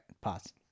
pause